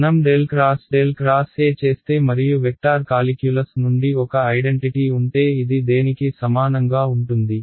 మనం ∇ X ∇ X E చేస్తే మరియు వెక్టార్ కాలిక్యులస్ నుండి ఒక ఐడెంటిటీ ఉంటే ఇది దేనికి సమానంగా ఉంటుంది